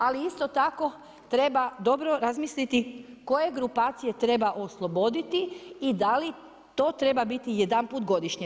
Ali isto tako treba dobro razmisliti koje grupacije treba osloboditi i da li to treba biti jedanput godišnje.